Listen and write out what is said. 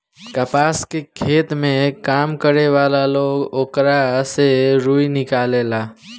कपास के खेत में काम करे वाला लोग ओकरा से रुई निकालेले